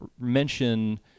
mention